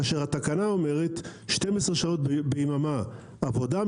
כאשר התקנה אומרת 12 שעות ביממה עבודה,